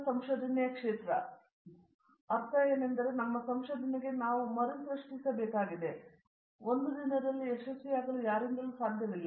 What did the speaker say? ವಿಶ್ವನಾಥನ್ ಆದ್ದರಿಂದ ಅದರ ಅರ್ಥವೇನೆಂದರೆ ನಮ್ಮ ಸಂಶೋಧನೆಗೆ ನಾವು ಮರುಸೃಷ್ಟಿಸಬೇಕಾಗಿದೆ ನಾವು ಒಂದು ದಿನದಲ್ಲಿ ಯಶಸ್ವಿಯಾಗಲು ಸಾಧ್ಯವಿಲ್ಲ